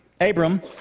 Abram